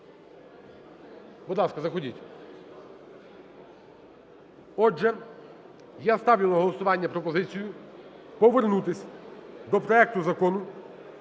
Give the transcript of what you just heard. ще раз на голосування пропозицію повернутися до проекту Закону